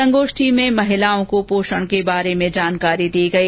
संगोष्ठी में महिलाओं को पोषण के बारे में जानकारी दी गई